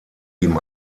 ihm